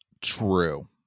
true